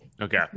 Okay